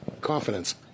Confidence